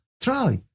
try